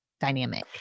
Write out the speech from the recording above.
dynamic